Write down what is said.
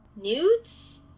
Nudes